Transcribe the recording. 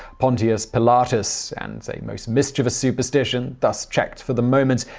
pontius pilatus, and a most mischievous superstition, thus checked for the moment,